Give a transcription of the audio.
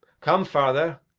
come, father,